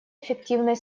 эффективной